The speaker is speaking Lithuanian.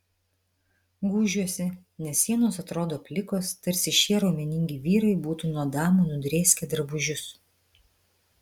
gūžiuosi nes sienos atrodo plikos tarsi šie raumeningi vyrai būtų nuo damų nudrėskę drabužius